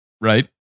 right